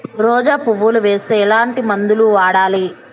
రోజా పువ్వులు వస్తే ఎట్లాంటి మందులు వాడాలి?